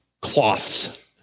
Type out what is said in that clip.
cloths